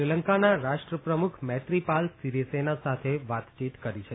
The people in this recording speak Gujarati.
શ્રીલંકાના રાષ્ટ્રપ્રમુખ મૈત્રીપાલ સીરીસેના સાથે વાતચીત કરી હતી